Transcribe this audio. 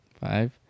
Five